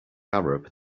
arab